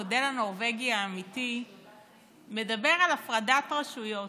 המודל הנורבגי האמיתי מדבר על הפרדת רשויות.